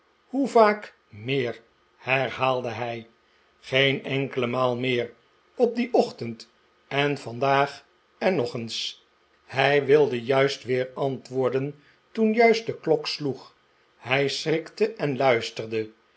t hoevaak meer herhaalde hij geen enkele maal meer op dien ochtend en vandaag en nog eens hij wilde weer antwoorden toen juist de klok sloeg hij schrikte en luisterde